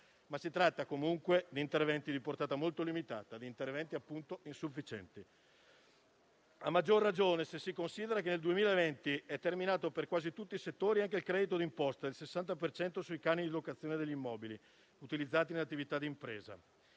Si tratta comunque di interventi di portata molto limitata e per l'appunto insufficienti, a maggior ragione se si considera che nel 2020 è terminato per quasi tutti i settori anche il credito d'imposta del 60 per cento sui canoni di locazione degli immobili utilizzati nell'attività di impresa.